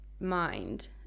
mind